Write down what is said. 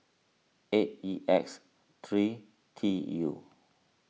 eight E X three T U